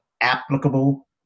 applicable